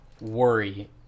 worry